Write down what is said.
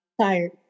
Tired